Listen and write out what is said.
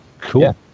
Cool